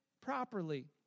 properly